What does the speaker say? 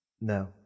No